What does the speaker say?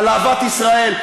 על אהבת ישראל,